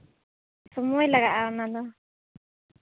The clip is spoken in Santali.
ᱥᱚᱢᱚᱭ ᱞᱟᱜᱟᱜᱼᱟ ᱚᱱᱟ ᱫᱚ